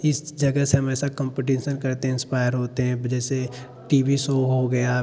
इस जगह से हमेशा कंपटीशन करते हैं इंस्पायर होते हैं अब जैसे टी वी शो हो गया